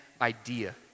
idea